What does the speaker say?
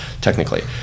technically